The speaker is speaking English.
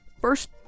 First